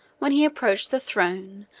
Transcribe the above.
when he approached the throne,